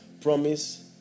promise